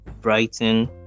brighton